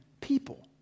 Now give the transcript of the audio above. people